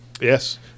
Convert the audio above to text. yes